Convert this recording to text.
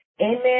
Amen